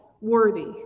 worthy